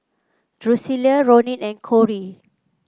Drusilla Ronin and Kory